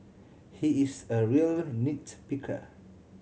he is a real nit picker